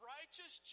Righteous